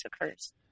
occurs